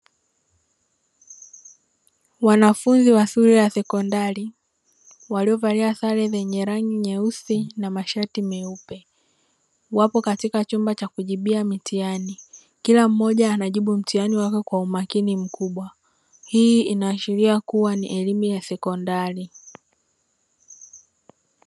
Wanafunzi wa shule ya sekondari waliovalia sare zenye rangi nyeusi na mashati meupe, wapo katika chumba cha kujibia mitihani, kila mmoja anajibu mtihani wake kwa umakini mkubwa; hii inaashiria kuwa ni elimu ya sekondari.